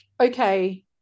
okay